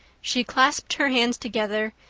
she clasped her hands together,